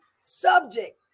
subject